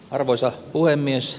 arvoisa puhemies